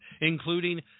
including